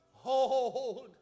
Hold